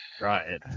Right